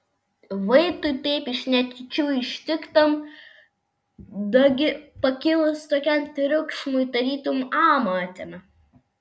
vaitui taip iš netyčių ištiktam dagi pakilus tokiam triukšmui tarytum amą atėmė